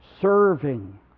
serving